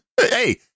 Hey